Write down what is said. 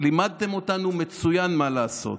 לימדתם אותנו מצוין מה לעשות,